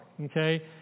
okay